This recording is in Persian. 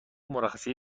مرخصی